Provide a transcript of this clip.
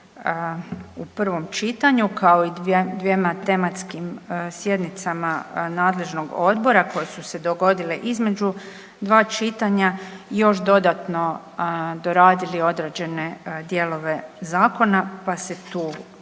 u prvom čitanju kao i dvijema tematskim sjednicama nadležnog odbora koje su se dogodile između dva čitanja još dodatno doradili određene dijelove zakona pa se tu